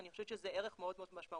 אני חושבת שזה ערך מאוד מאוד משמעותי